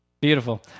Beautiful